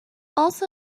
also